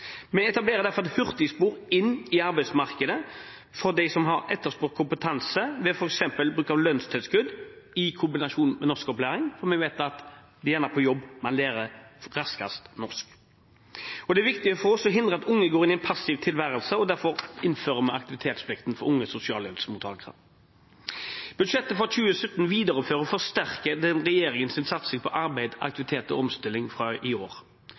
Vi etablerer derfor et hurtigspor inn i arbeidsmarkedet for dem som har etterspurt kompetanse, ved f.eks. bruk av lønnstilskudd i kombinasjon med norskopplæring, for vi vet at det gjerne er på jobb man raskest lærer norsk. Det er viktig for oss å hindre at unge går inn i en passiv tilværelse. Derfor innfører vi aktivitetsplikt for unge sosialhjelpsmottakere. Budsjettet for 2017 viderefører og forsterker regjeringens satsing på arbeid, aktivitet og omstilling fra i år.